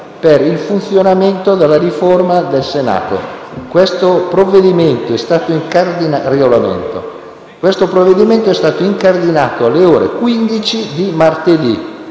per il funzionamento della riforma del Regolamento del Senato. Questo provvedimento è stato incardinato alle ore 15 di martedì